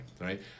right